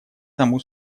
саму